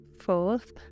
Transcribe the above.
fourth